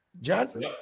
Johnson